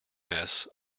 mess